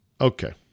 Okay